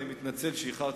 ואני מתנצל על שאיחרתי,